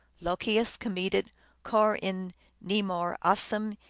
lokius comedit cor in nemore assum,